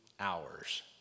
hours